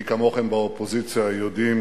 מי כמוכם, באופוזיציה, יודעים